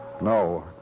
No